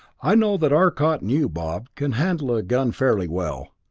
i know that arcot and you, bob, can handle a gun fairly well,